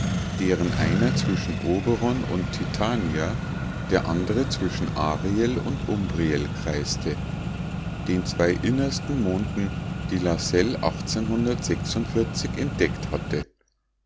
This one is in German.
deren einer zwischen oberon und titania der andre zwischen ariel und umbriel kreiste den zwei innersten monden die lassell entdeckt hatte